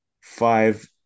Five